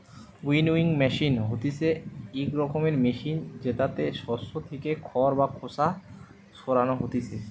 winnowing machine হতিছে ইক রকমের মেশিন জেতাতে শস্য থেকে খড় বা খোসা সরানো হতিছে